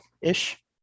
ish